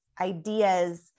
ideas